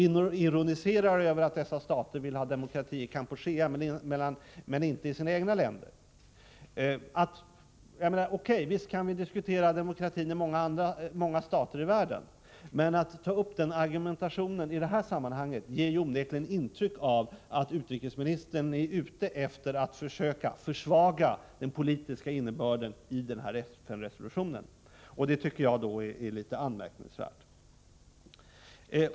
Han ironiserar över att dessa stater vill ha demokrati i Kampuchea men inte i sina egna länder. O.K. — visst kan vi diskutera demokratin i många stater i världen. Men att ta upp den argumentationen i det här sammanhanget ger onekligen ett intryck av att utrikesministern är ute efter att försöka försvaga den politiska innebörden i den här FN-resolutionen. Det tycker jag alltså är litet anmärkningsvärt.